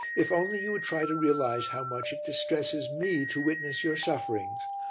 if only you would try to realize how much it distresses me to witness your sufferings!